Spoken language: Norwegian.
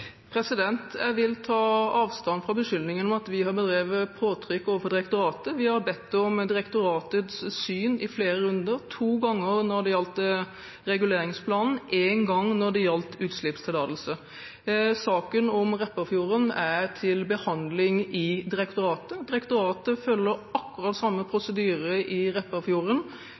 Jeg vil ta avstand fra beskyldningen om at vi har drevet påtrykk overfor direktoratet. Vi har bedt om direktoratets syn i flere runder – to ganger når det gjaldt reguleringsplanen, én gang når det gjaldt utslippstillatelse. Saken om Repparfjorden er til behandling i direktoratet. Direktoratet følger akkurat samme